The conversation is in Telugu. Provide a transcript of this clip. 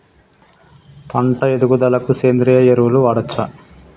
పంట ఎదుగుదలకి సేంద్రీయ ఎరువులు వాడచ్చా?